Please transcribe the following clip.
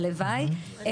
הלוואי,